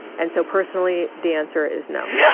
and so personally, the answer is no.